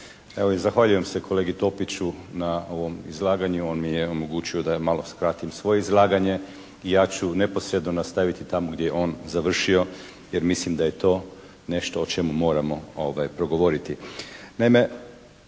Evo zahvaljujem se kolegi Topiću na ovom izlaganju, on mi je omogućio da malo skratim svoje izlaganje i ja ću neposredno nastaviti tamo gdje je on završio jer mislim da je to nešto o čemu moramo progovoriti.